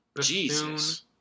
Jesus